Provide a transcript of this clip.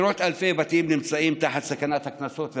עשרות אלפי בתים נמצאים בסכנת קנסות והריסות.